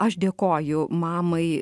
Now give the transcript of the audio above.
aš dėkoju mamai